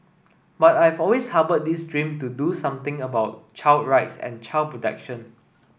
but I've always harboured this dream to do something about child rights and child protection